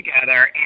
together